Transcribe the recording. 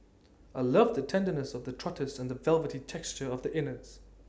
I love the tenderness of the trotters and the velvety texture of the innards